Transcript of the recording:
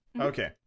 Okay